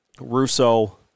Russo